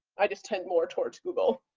i just turned more towards google